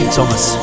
Thomas